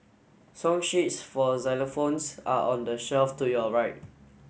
song sheets for xylophones are on the shelf to your right